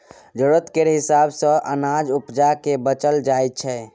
जरुरत केर हिसाब सँ अनाज उपजा केँ बेचल जाइ छै